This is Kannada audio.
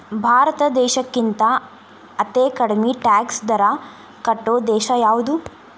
ಭಾರತ್ ದೇಶಕ್ಕಿಂತಾ ಅತೇ ಕಡ್ಮಿ ಟ್ಯಾಕ್ಸ್ ದರಾ ಕಟ್ಟೊ ದೇಶಾ ಯಾವ್ದು?